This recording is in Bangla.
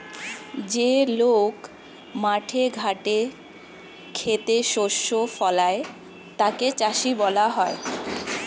যে লোক মাঠে ঘাটে খেতে শস্য ফলায় তাকে চাষী বলা হয়